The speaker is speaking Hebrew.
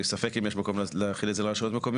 ספק אם יש מקום להחיל את זה על הרשויות המקומיות.